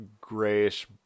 grayish